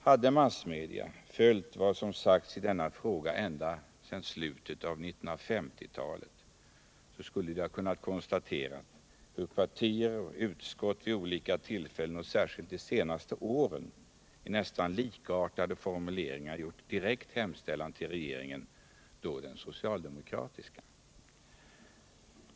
Hade massmedia följt vad som sagts i denna fråga ända sedan slutet av 1950-talet, så skulle de kunna konstatera hur partier och utskottet vid olika tillfällen, och särskilt under de senaste åren, med nästan likartade formuleringar riktat direkt hemställan om detta även till den dåvarande socialdemokratiska regeringen.